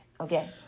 Okay